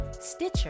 Stitcher